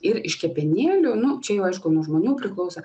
ir iš kepenėlių nu čia jau aišku nuo žmonių priklauso